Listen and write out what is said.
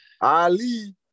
Ali